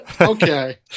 Okay